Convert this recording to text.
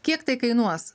kiek tai kainuos